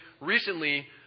recently